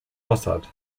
mossad